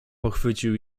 pochwycił